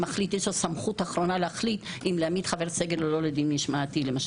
הסמכות האחרונה להחליט האם להעמיד חבר סגל לדין משמעתי או לא.